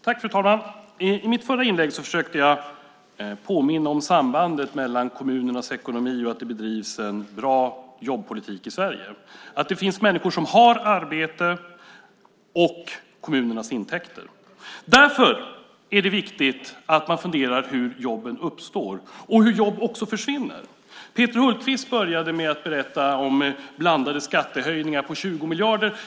Fru talman! I mitt förra inlägg försökte jag påminna om sambandet mellan kommunernas ekonomi och att det bedrivs en bra jobbpolitik i Sverige samt mellan att det finns människor som har arbete och kommunernas intäkter. Därför är det viktigt att man funderar över hur jobben uppstår, och hur jobb försvinner. Peter Hultqvist började med att berätta om blandade skattehöjningar på 20 miljarder.